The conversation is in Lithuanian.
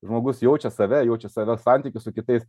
žmogus jaučia save jaučia save santykius su kitais